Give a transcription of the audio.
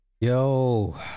Yo